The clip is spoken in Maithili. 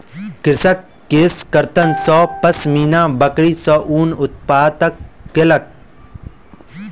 कृषक केशकर्तन सॅ पश्मीना बकरी सॅ ऊन प्राप्त केलक